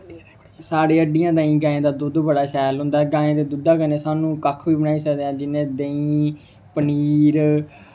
साढ़े हड्डियें ताहीं गाएं दा दुद्ध बड़ा शैल होंदा ऐ गाएं दे दुद्धै कन्नै सानूं कक्ख बी बनाई सकदा जि'यां देहीं पनीर